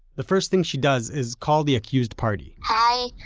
the first thing she does is call the accused party hi,